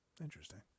Interesting